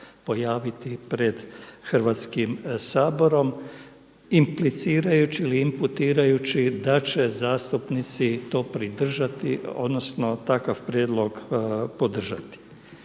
pojaviti pred Hrvatskim saborom implicirajući ili imputirajući da će zastupnici to podržati, odnosno takav prijedlog podržati.